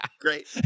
Great